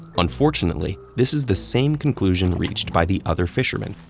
unfortunately, this is the same conclusion reached by the other fisherman,